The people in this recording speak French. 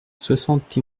soixante